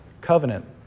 covenant